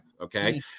Okay